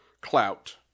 clout